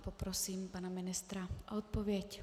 Poprosím pana ministra o odpověď.